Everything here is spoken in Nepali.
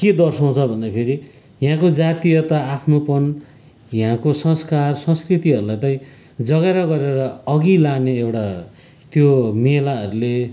के दर्साउँछ भन्दाखेरि यहाँको जातीयता आफ्नोपन यहाँको संस्कार संस्कृतिहरूलाई चाहिँ जगेरा गरेर अघि लाने एउटा त्यो मेलाहरूले